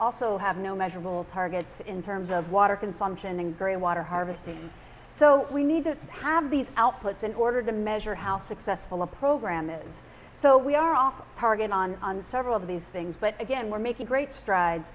also have no measurable targets in terms of water consumption and greywater harvesting so we need to have these outputs in order to measure how successful a program is so we are off parg and on on several of these things but again we're making great strides